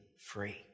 free